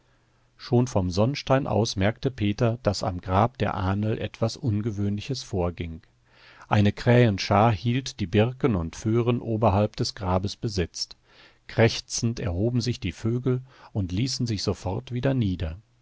schon vom sonnstein aus merkte peter daß am grab der ahnl etwas ungewöhnliches vorging eine krähenschar hielt die birken und föhren oberhalb des grabes besetzt krächzend erhoben sich die vögel und ließen sich sofort wieder nieder